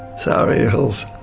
surry hills.